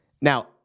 Now